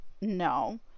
No